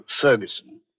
Ferguson